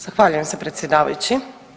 Zahvaljujem se predsjedavajući.